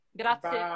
grazie